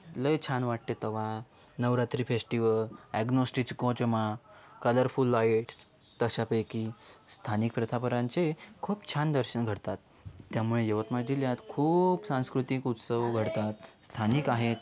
लई छान वाटते तेव्हा नवरात्री फेस्टिव्हल ॲग्नॉस्टिच कोचीमा कलरफूल लाईट्स तशापैकी स्थानिक प्रथापरांचे खूप छान दर्शन घडतात त्यामुळे यवतमाळ जिल्ह्यात खूप सांस्कृतिक उत्सव घडतात स्थानिक आहेत